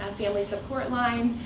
um family support line,